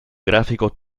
grafico